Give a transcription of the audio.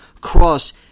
cross